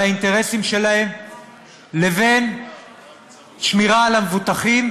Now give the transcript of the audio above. האינטרסים שלהן לבין שמירה על המבוטחים,